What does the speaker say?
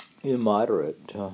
immoderate